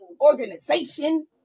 organization